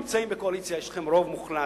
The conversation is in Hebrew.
היום אתם נמצאים בקואליציה, יש לכם רוב מוחלט.